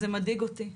זה מדאיג אותי.